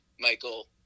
Michael